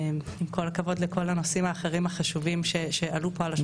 עם כל הכבוד לכל הנושאים האחרים החשובים שעלו פה על השולחן,